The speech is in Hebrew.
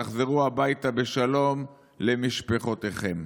תחזרו הביתה בשלום למשפחותיכם.